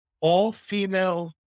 all-female